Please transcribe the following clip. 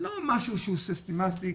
לא משהו שהוא סיסטמתי,